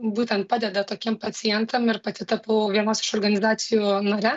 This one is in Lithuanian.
būtent padeda tokiem pacientam ir pati tapau vienos iš organizacijų nare